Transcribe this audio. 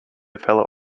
fellow